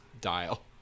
dial